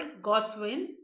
Goswin